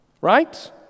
right